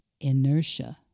Inertia